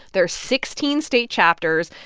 there are sixteen state chapters.